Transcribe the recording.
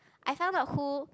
I found out who